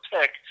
pick